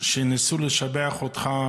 ניסו לשבח אותך,